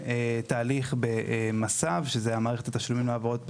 תהליך ב-"מס"ב" שזו מערכת התשלומים להעברות בנקאיות,